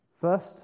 First